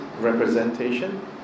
representation